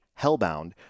Hellbound